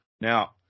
Now